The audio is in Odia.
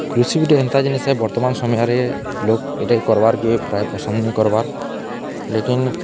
କୃଷି ଗୁଟେ ଏନ୍ତା ଜିନିଷା ଏ ବର୍ତ୍ତମାନ୍ ସମୟରେ ଲୋକ୍ ଇଟାକେ କର୍ବାକେ ପ୍ରାୟ ପସନ୍ଦ୍ ନାଇକର୍ବାର୍ ଲେକିନ୍